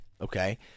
okay